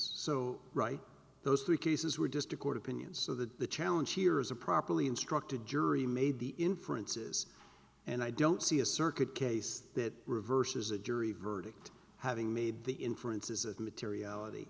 so right those three cases were just to court opinions so that the challenge here is a properly instructed jury made the inferences and i don't see a circuit case that reverses a jury verdict having made the inferences of materiality